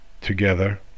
together